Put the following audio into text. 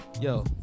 yo